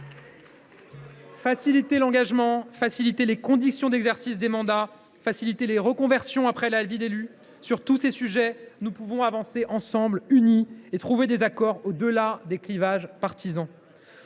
Faciliter l’engagement, faciliter les conditions d’exercice des mandats, faciliter les reconversions après la vie d’élu… sur tous ces sujets, nous pouvons avancer ensemble, unis, et trouver des accords au delà des clivages partisans.